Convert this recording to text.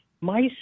mice